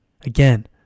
Again